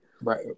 Right